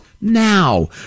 now